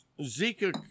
Zika